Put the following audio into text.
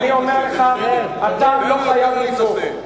אני אומר לך, אתה לא חייב לצעוק.